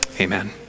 Amen